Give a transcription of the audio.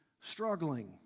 struggling